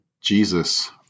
Jesus